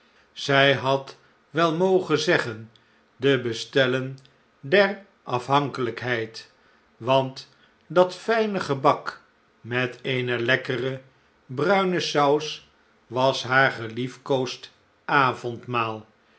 zy had wel mogen zeggen de bestellen der afslechte tijden hankelijkheid want dat fijne gebak met eene lekkere bruine saus was haar geliefkoosd avondmaal